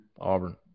Auburn